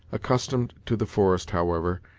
accustomed to the forest, however,